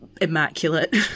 immaculate